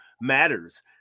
matters